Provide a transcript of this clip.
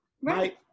Right